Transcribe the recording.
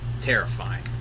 terrifying